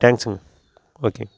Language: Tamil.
தேங்க்ஸுங்க ஓகே